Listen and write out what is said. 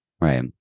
right